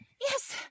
Yes